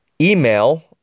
email